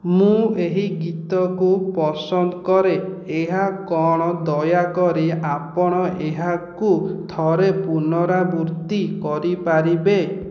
ମୁଁ ଏହି ଗୀତକୁ ପସନ୍ଦ କରେ ଏହା କ'ଣ ଦୟାକରି ଆପଣ ଏହାକୁ ଥରେ ପୁନରାବୃତ୍ତି କରିପାରିବେ